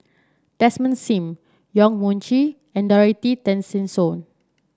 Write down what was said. Desmond Sim Yong Mun Chee and Dorothy Tessensohn